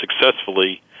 successfully